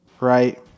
right